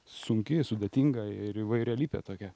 sunki sudėtinga ir įvairialypė tokia